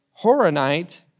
Horonite